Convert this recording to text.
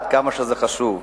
עד כמה שזה חשוב.